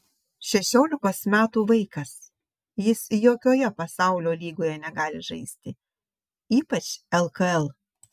šešiolikos metų vaikas jis jokioje pasaulio lygoje negali žaisti ypač lkl